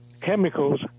chemicals